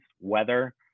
weather